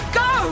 go